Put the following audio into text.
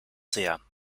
sehr